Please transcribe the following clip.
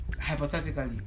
hypothetically